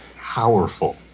powerful